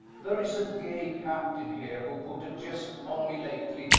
there is a gay captain here, who put a jest on me lately,